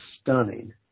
stunning